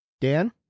Dan